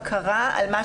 להקריא את כל הטבלה?